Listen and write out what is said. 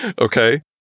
Okay